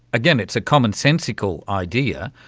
again it's a commonsensical idea.